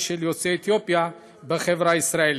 של יוצאי אתיופיה בחברה הישראלית.